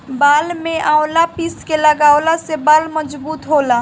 बाल में आवंला पीस के लगवला से बाल मजबूत होला